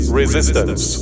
resistance